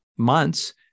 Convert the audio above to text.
Months